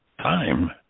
time